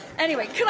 anyway,